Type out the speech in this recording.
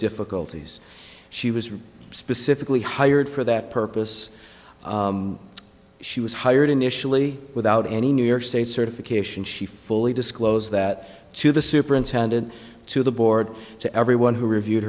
difficulties she was specifically hired for that purpose she was hired initially without any new york state certification she fully disclose that to the superintendent to the board to everyone who reviewed